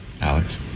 Alex